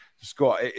Scott